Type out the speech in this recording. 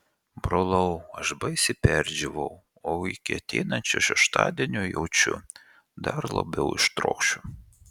brolau aš baisiai perdžiūvau o iki ateinančio šeštadienio jaučiu dar labiau ištrokšiu